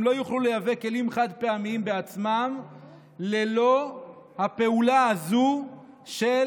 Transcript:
הם לא יוכלו לייבא כלים חד-פעמיים בעצמם ללא הפעולה הזו של